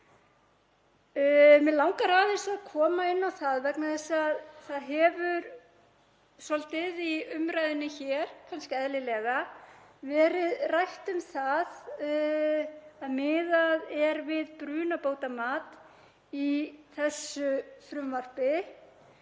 Mig langar aðeins að koma inn á það vegna þess að það hefur svolítið í umræðunni hér, kannski eðlilega, verið rætt um það að miðað er við brunabótamat í þessu frumvarpi.